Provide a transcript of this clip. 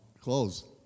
close